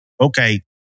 okay